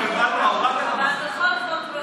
זו בדיוק המילה, "מסכות" מסכות לפחות רואים.